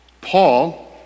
paul